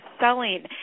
selling